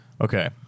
Okay